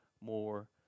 more